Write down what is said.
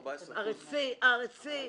14% ארצי.